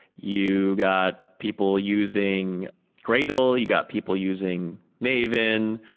you got people using gradle. you got people using maven.